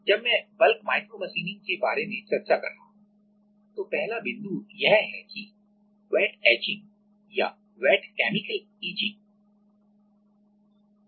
जब मैं bulk bulk micromachining के बारे में चर्चा कर रहा हूं तो पहला बिंदु यह है कि वेट इचिंगwet etching या wet chemical etching chemical etching